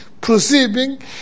perceiving